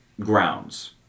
Grounds